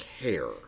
care